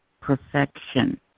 Perfection